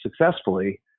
successfully